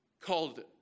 called